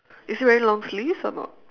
is he wearing long sleeves or not